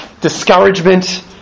discouragement